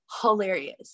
hilarious